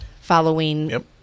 following